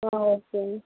ஆ ஓகேங்க